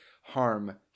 harm